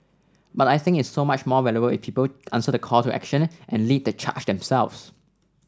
but I think it's so much more valuable if people answer the call to action and lead the charge themselves